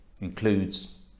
includes